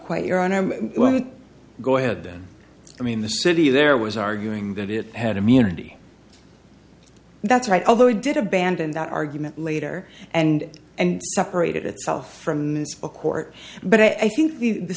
quite your honor go ahead then i mean the city there was arguing that it had immunity that's right although we did abandon that argument later and and separated itself from a court but i think the